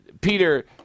Peter